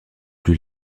plus